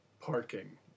Parking